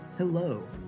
Hello